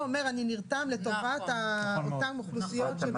אומר: אני נרתם לטובת אותן אוכלוסיות.